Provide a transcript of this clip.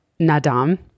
Nadam